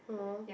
yeah lor